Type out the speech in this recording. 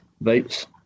votes